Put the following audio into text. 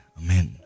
amen